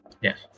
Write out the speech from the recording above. yes